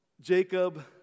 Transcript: Jacob